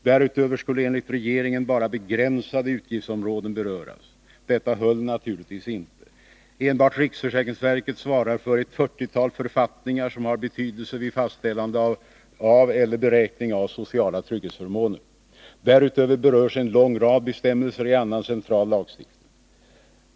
Därutöver skulle enligt regeringen bara begränsade utgiftsområden beröras. Detta höll naturligtvis inte. Enbart riksförsäkringsverket svarar för ett 40-tal författningar som har betydelse vid fastställande eller beräkning av sociala trygghetsförmåner. Därutöver berörs en lång rad bestämmelser i annan central lagstiftning.